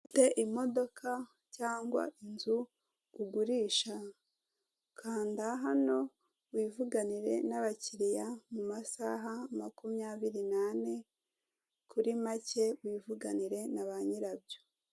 Ufite imodoka cyangwa inzu ugurisha kanda hano wivuganire n'abakiriya, mu masaha makumyabiri n'ane kuri make wivuganire na ba nyirabyo.